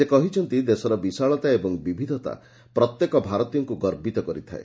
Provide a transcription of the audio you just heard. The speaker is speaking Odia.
ସେ କହିଛନ୍ତି ଦେଶର ବିଶାଳତା ଏବଂ ବିବିଧତା ପ୍ରତ୍ୟେକ ଭାରତୀୟକୁ ଗର୍ବିତ କରିଥାଏ